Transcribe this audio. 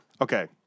Okay